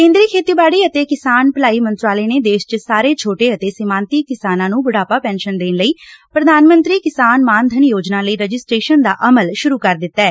ਕੇਂਦਰੀ ਖੇਤੀਬਾਤੀ ਅਤੇ ਕਿਸਾਨ ਭਲਾਈ ਮੰਤਰਾਲੇ ਨੇ ਦੇਸ਼ ਚ ਸਾਰੇ ਛੋਟੇ ਅਤੇ ਸੀਮਾਂਤੀ ਕਿਸਾਨਾਂ ਨੁੰ ਬੁਢਾਪਾ ਪੈਨਸ਼ਨ ਦੇਣ ਲਈ ਪੁਧਾਨ ਮੰਤਰੀ ਕਿਸਾਨ ਮਾਨ ਧਨ ਯੋਜਨਾ ਲਈ ਰਜਿਸਟਰੇਸ਼ਨ ਦਾ ਅਮਲ ਸੁਰੁ ਕਰ ਦਿੱਤੈ